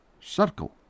circle